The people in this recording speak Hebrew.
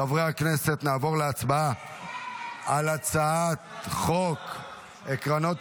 חברי הכנסת נעבור להצבעה על הצעת חוק עקרונות